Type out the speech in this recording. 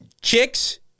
chicks